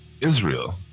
Israel